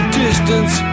distance